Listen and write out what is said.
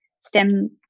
STEM